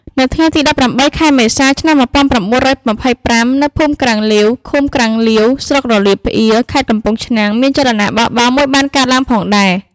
នៅថ្ងៃទី ១៨ ខែមេសា ឆ្នាំ ១៩២៥ នៅភូមិក្រាំងលាវ ឃុំក្រាំងលាវ ស្រុករលាប្អៀរ ខេត្តកំពង់ឆ្នាំង មានចលនាបះបោរមួយបានកើតឡើងផងដែរ។